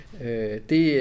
Det